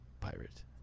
pirate